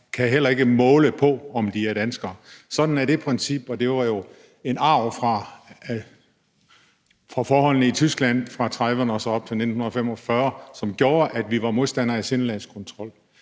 kan heller ikke måle på, om de er danskere. Sådan er det princip, og det var jo en arv fra forholdene i Tyskland fra 1930'erne og op til 1945, som gjorde, at vi var modstandere af sindelagskontrol.